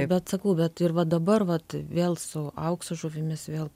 bet sakau bet ir va dabar vat vėl su aukso žuvimis vėl